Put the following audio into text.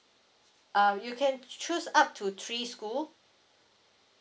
uh you can choose up to three school